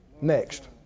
Next